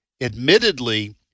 admittedly